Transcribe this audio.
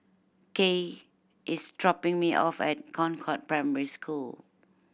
gaye is dropping me off at Concord Primary School